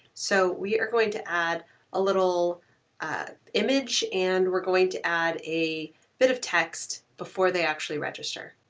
so we are going to add a little image and we're going to add a bit of text before they actually register.